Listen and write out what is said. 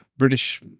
British